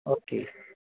okay